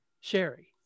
Sherry